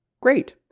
great